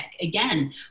again